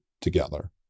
together